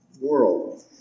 world